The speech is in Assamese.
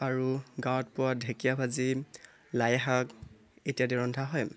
আৰু গাঁৱত পোৱা ঢেকীয়া ভাজি লাই শাক ইত্যাদি ৰন্ধা হয়